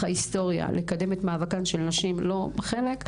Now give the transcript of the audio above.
ההיסטוריה לקדם את מאבקן של נשים לא חלק,